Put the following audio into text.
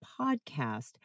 podcast